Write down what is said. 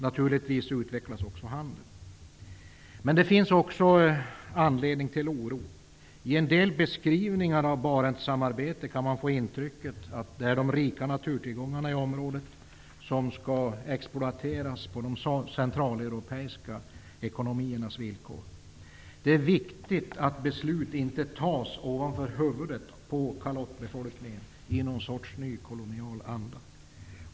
Naturligtvis utvecklas också handeln. Det finns också anledning till oro. I en del beskrivningar av Barentssamarbetet kan man få intrycket att de rika naturtillgångarna i området skall exploateras på de centraleuropeiska ekonomiernas villkor. Det är viktigt att beslut inte fattas ovanför huvudena på kalottbefolkningen, i någon sort nykolonial anda.